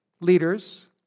leaders